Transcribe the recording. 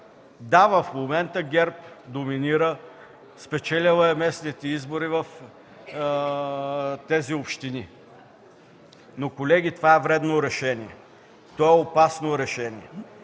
Да, в момента ГЕРБ доминира, спечелила е местните избори в тези общини. Колеги, това е вредно решение, то е опасно решение.